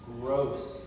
Gross